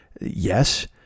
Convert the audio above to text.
yes